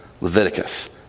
Leviticus